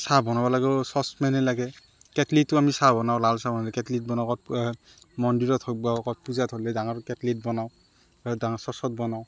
চাহ বনাবলৈকো চচপেনেই লাগে কেটলিটো আমি চাহ বনাওঁ লাল চাহ বনাওঁ মন্দিৰত হওক বা পূজাত হ'লে ডাঙৰ কেটলিত বনাওঁ ডাঙৰ চচত বনাওঁ